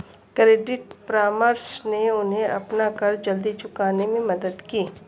credit परामर्श ने उन्हें अपना कर्ज जल्दी चुकाने में मदद की